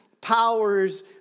powers